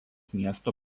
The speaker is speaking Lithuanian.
miesto